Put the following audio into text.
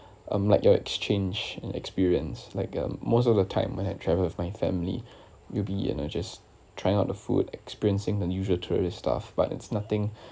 um like your exchange and experience like uh most of the time when I travel with my family we'll be you know just trying out the food experiencing the usual tourist stuff but it's nothing